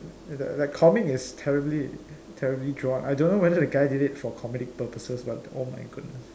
the comic is terribly terribly drawn I don't know whether the guy did it for comedic purposes but oh my goodness